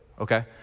Okay